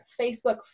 Facebook